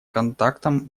контактам